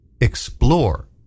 explore